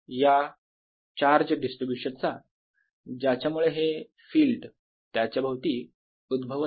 या charge distribution चा ज्याच्यामुळे हे फील्ड त्याच्याभोवती उद्भवत आहे